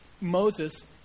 Moses